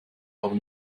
abend